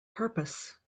purpose